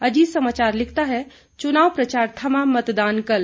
अजीत समाचार लिखता है चुनाव प्रचार थमा मतदान कल